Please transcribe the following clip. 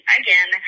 again